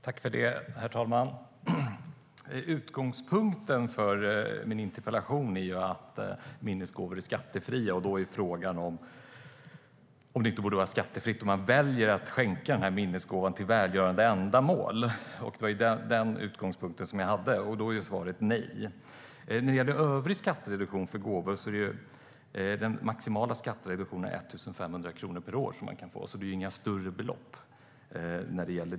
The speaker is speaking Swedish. Herr talman! Utgångspunkten för min interpellation är att minnesgåvor är skattefria. Då är frågan om det inte borde vara skattefritt om man väljer att skänka minnesgåvan till välgörande ändamål. Det var den utgångspunkten jag hade. Där är svaret: Nej. När det gäller övrig skattereduktion för gåvor är den maximala skattereduktionen man kan få 1 500 kronor per år, så det är inga större belopp.